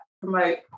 Promote